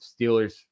Steelers